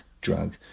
drug